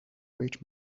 rich